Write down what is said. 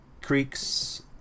Creeks